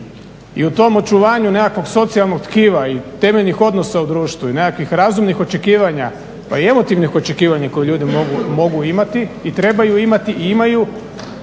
i u tom očuvanju nekakvog socijalnog tkiva i temeljnih odnosa u društvu i nekakvih razumnih očekivanja pa i emotivnih očekivanja koji ljudi mogu imati i trebaju imati i imaju